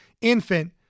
infant